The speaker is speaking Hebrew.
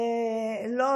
שלא